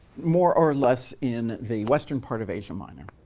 more or less in the western part of asia minor.